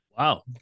Wow